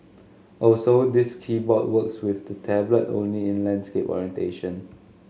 also this keyboard works with the tablet only in landscape orientation